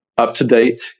up-to-date